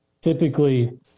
Typically